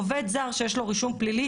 עובד זר שיש לו רישום פלילי,